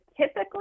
typically